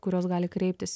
kuriuos gali kreiptis